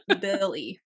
billy